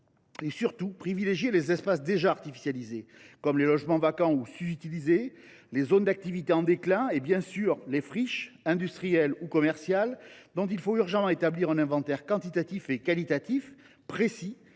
et, surtout, privilégier les espaces déjà artificialisés, comme les logements vacants ou sous utilisés, les zones d’activité en déclin et, bien sûr, les friches, industrielles ou commerciales, dont il faut établir urgemment un inventaire quantitatif et qualitatif précis,